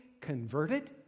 converted